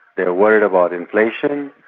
they are worried about inflation,